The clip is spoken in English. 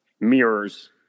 mirrors